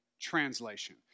translation